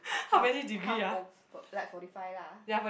half half open like forty five lah